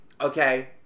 Okay